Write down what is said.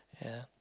ya